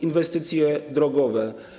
Inwestycje drogowe.